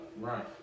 right